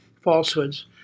falsehoods